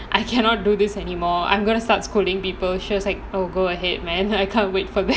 I cannot do this anymore I'm gonna start scolding people she was like oh go ahead man I can't wait